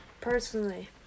personally